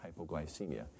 hypoglycemia